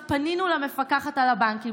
פנינו למפקחת על הבנקים,